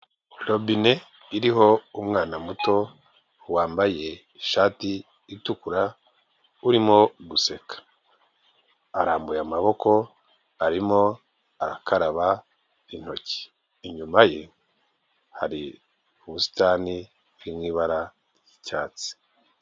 Robine iriho umwana muto wambaye ishati itukura urimo guseka, arambuye amaboko arimo arakaraba intoki. Inyuma ye hari ubusitani buri mu ibara ry'icyatsi.